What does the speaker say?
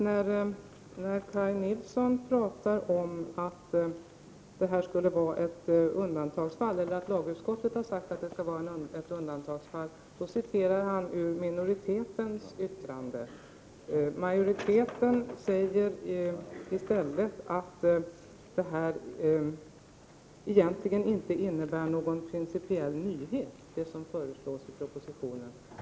När Kaj Nilsson talar om att lagutskottet har sagt att detta skulle vara ett undantagsfall citerar han minoritetens yttrande. Majoriteten säger i stället att det som föreslås i propositionen egentligen inte innebär någon principiell nyhet.